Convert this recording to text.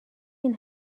این